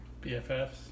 BFFs